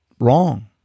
wrong